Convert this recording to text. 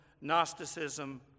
Gnosticism